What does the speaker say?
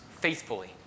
faithfully